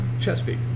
Chesapeake